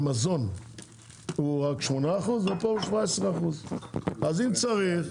מזון הוא רק 8% ופה הוא 17%. אז אם צריך,